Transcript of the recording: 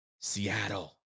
Seattle